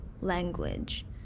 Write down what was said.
language